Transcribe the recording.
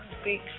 Speak